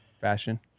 Fashion